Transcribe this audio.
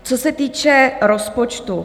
Co se týče rozpočtu.